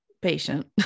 patient